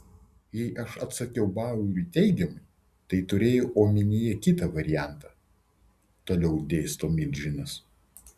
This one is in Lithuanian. jei aš atsakiau baueriui teigiamai tai turėjau omenyje kitą variantą toliau dėsto milžinas